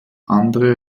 andere